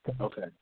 Okay